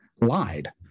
lied